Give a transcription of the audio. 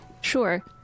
Sure